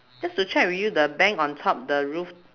just to check with you the bank on top the roof